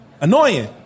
annoying